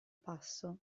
passo